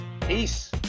Peace